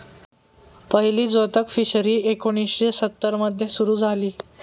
पहिली जोतक फिशरी एकोणीशे सत्तर मध्ये सुरू झाली